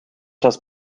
das